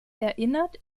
erinnert